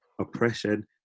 oppression